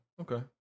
okay